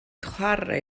chwarae